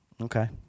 Okay